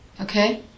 Okay